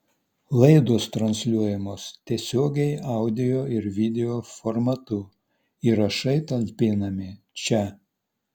laidos transliuojamos tiesiogiai audio ir video formatu įrašai talpinami čia